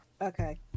Okay